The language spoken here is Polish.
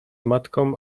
matką